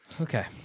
Okay